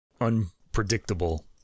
unpredictable